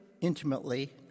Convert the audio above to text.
intimately